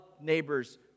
neighbors